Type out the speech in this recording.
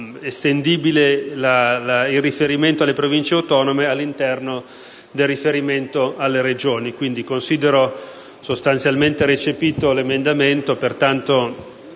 è noto - il riferimento alle Province autonome estendibile all'interno del riferimento alle Regioni. Considero sostanzialmente recepito l'emendamento